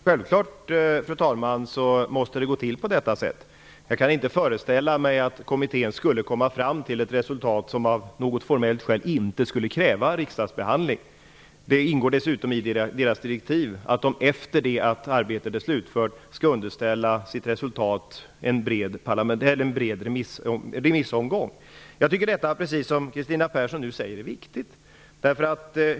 Fru talman! Självfallet måste det gå till på detta sätt. Jag kan inte föreställa mig att kommittén skulle komma fram till ett resultat som av något formellt skäl inte kräver riksdagsbehandling. Det ingår dessutom i kommittédirektiven att man efter det att arbetet är slutfört skall underställa resultatet en bred remissomgång. Jag tycker att detta, precis som Kristina Persson säger, är viktigt.